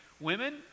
women